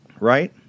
Right